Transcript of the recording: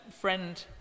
friend